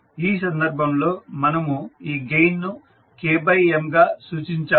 ఈ సందర్భంలో మనము ఈ గెయిన్ ను K M గా సూచించాము